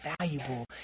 valuable